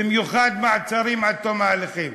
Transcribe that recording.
במיוחד מעצרים עד תום ההליכים.